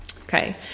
Okay